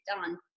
done